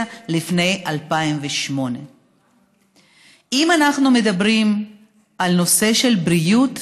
לפני 2008. אם אנחנו מדברים על נושא הבריאות,